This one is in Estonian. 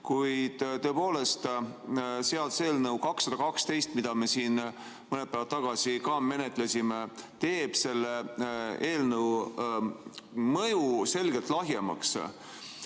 kuid tõepoolest seaduseelnõu 212, mida me siin mõned päevad tagasi ka menetlesime, teeb selle eelnõu mõju selgelt lahjemaks.